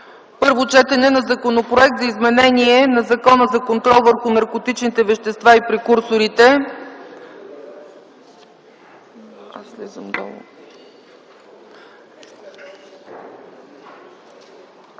първо четене на Законопроекта за изменение на Закона за контрол върху наркотичните вещества и прекурсорите. Гласували 175 народни